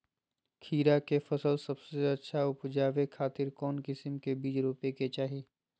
खीरा के फसल सबसे अच्छा उबजावे खातिर कौन किस्म के बीज रोपे के चाही?